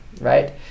right